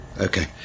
Okay